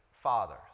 fathers